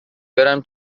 بریم